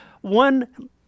one